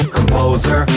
composer